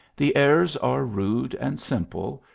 the airs are rude and simple,